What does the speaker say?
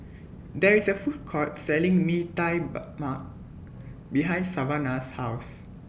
There IS A Food Court Selling Mee Tai Mak behind Savanah's House